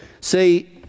See